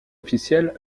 officielle